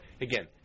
Again